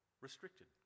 restricted